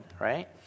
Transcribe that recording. right